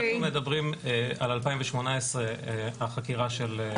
אנחנו מדברים על 2018 החקירה של,